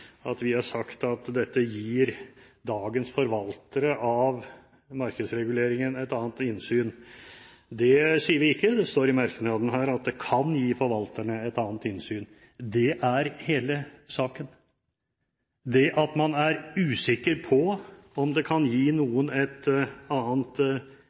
at vi har sagt at dette gir dagens forvaltere av markedsreguleringen et annet innsyn. Det sier vi ikke, det står i merknadene her at det «kan gi» forvalterne et annet innsyn. Det er hele saken, det at man er usikker på om det kan gi noen et annet